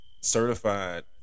certified